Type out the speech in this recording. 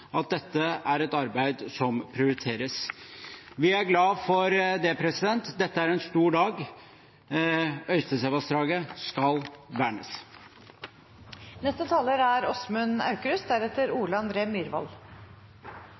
at dette er et arbeid som prioriteres. Vi er glade for det. Dette er en stor dag. Øystesevassdraget skal vernes.